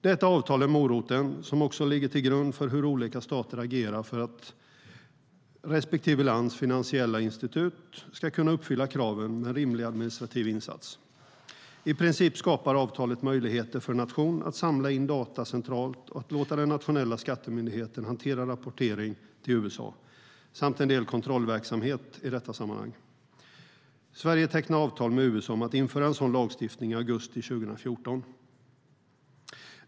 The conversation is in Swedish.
Detta avtal är moroten, som också ligger till grund för hur olika stater agerar för att respektive lands finansiella institut ska kunna uppfylla kraven med en rimlig administrativ insats. I princip skapar avtalet möjligheter för en nation att samla in data centralt och att låta den nationella skattemyndigheten hantera rapporteringen till USA samt en del kontrollverksamhet i detta sammanhang. Sverige tecknade avtal med USA om att införa en sådan lagstiftning i augusti 2014.